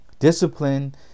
Discipline